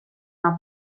una